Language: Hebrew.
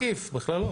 לא תקיף, בכלל לא.